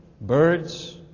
birds